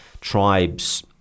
tribes